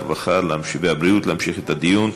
הרווחה והבריאות להמשיך את הדיון,